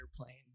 airplane